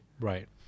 right